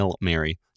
Mary